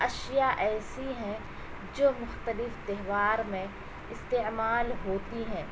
اشیا ایسی ہیں جو مختلف تہوار میں استعمال ہوتی ہیں